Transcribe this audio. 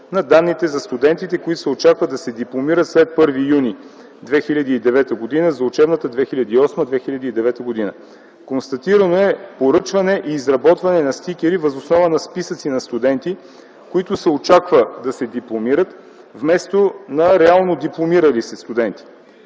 на данните за студентите, които се очаква да се дипломират след 1 юни 2009 г. за учебната 2008-2009 г. Констатирано е поръчване и изработване на стикери въз основа на списъци на студенти, които се очаква да се дипломират, вместо на реално дипломирали се студенти.